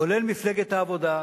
כולל מפלגת העבודה,